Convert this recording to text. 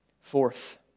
Fourth